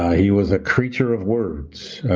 he was a creature of words.